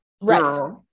Right